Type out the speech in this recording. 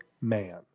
man